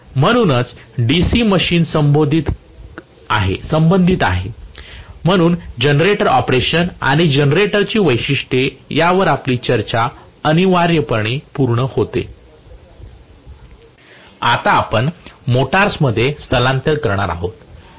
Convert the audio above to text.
म्हणूनच DC machine संबंधित आहे म्हणून जनरेटर ऑपरेशन आणि जनरेटरचे वैशिष्ट्य यावर आमची चर्चा अनिवार्यपणे पूर्ण होते आता आपण मोटर्समध्ये स्थलांतर करणार आहोत